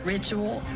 Ritual